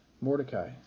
Mordecai